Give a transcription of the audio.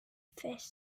phish